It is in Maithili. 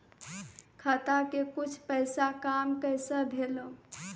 खाता के कुछ पैसा काम कैसा भेलौ?